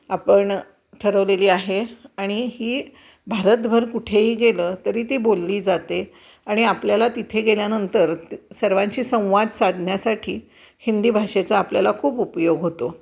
आपण ठरवलेली आहे आणि ही भारतभर कुठेही गेलं तरी ती बोलली जाते आणि आपल्याला तिथे गेल्यानंतर सर्वांशी संवाद साधण्यासाठी हिंदी भाषेचा आपल्याला खूप उपयोग होतो